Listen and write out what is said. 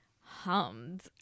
hummed